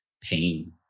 pain